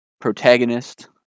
protagonist